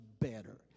better